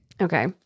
Okay